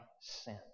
sin